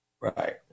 Right